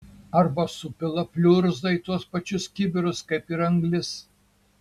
arba supila pliurzą į tuos pačius kibirus kaip ir anglis